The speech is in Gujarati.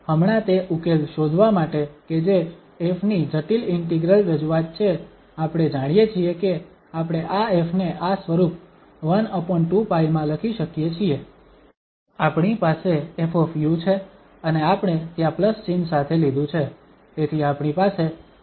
તેથી હમણાં તે ઉકેલ શોધવા માટે કે જે 𝑓 ની જટિલ ઇન્ટિગ્રલ રજૂઆત છે આપણે જાણીએ છીએ કે આપણે આ ƒ ને આ સ્વરૂપ 12π માં લખી શકીએ છીએ આપણી પાસે 𝑓 છે અને આપણે ત્યાં પ્લસ ચિહ્ન સાથે લીધું છે તેથી આપણી પાસે eiα du dα છે